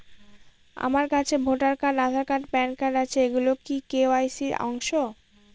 আমার কাছে voter card Aadhaar card PAN card আছে এগুলো কি কে.ওয়াই.সি র অংশ?